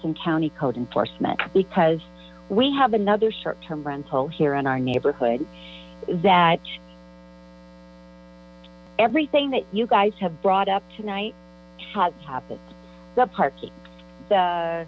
jefferson county code enforcement because we have another short term rental here in our neighborhood that everything that you guys have brought up tonight